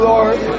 Lord